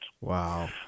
Wow